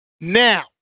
Now